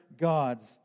gods